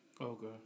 Okay